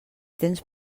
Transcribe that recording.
tens